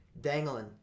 dangling